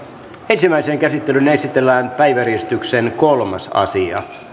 ensimmäiseen käsittelyyn esitellään päiväjärjestyksen kolmas asia